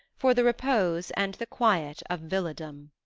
for the repose and the quiet of villadom.